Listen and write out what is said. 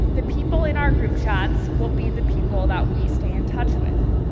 the people in our group chats will be the people that we stay in touch with.